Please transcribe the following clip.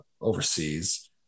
overseas